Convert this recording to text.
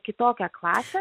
kitokia klasė